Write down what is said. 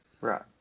right